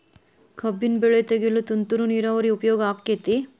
ಕಬ್ಬಿನ ಬೆಳೆ ತೆಗೆಯಲು ತುಂತುರು ನೇರಾವರಿ ಉಪಯೋಗ ಆಕ್ಕೆತ್ತಿ?